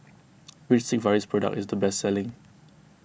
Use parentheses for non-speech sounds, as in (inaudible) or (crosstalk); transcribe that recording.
(noise) which Sigvaris product is the best selling